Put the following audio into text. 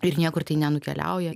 ir niekur tai nenukeliauja